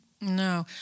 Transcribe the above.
No